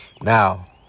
Now